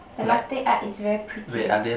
the latte art is very pretty